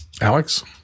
Alex